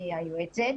היועצת.